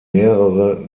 mehrere